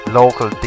local